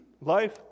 life